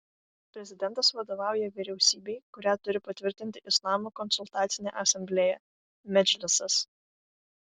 prezidentas vadovauja vyriausybei kurią turi patvirtinti islamo konsultacinė asamblėja medžlisas